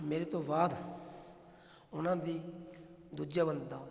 ਮੇਰੇ ਤੋਂ ਬਾਅਦ ਉਹਨਾਂ ਦੀ ਦੂਜਿਆਂ ਬੰਦਾ